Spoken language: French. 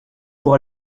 pour